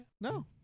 No